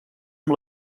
amb